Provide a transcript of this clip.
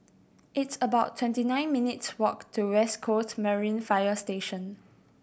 it's about twenty nine minutes' walk to West Coast Marine Fire Station